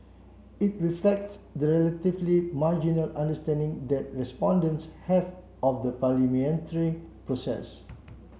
it reflects the relatively marginal understanding that respondents have of the parliamentary process